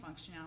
functionality